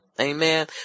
Amen